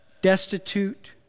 destitute